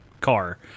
car